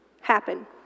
happen